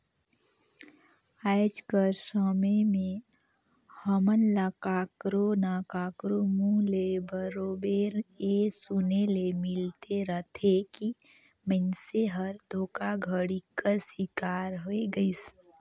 आएज कर समे में हमन ल काकरो ना काकरो मुंह ले बरोबेर ए सुने ले मिलते रहथे कि मइनसे हर धोखाघड़ी कर सिकार होए गइस